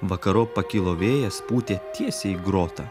vakarop pakilo vėjas pūtė tiesiai į grotą